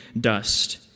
dust